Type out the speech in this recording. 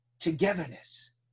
togetherness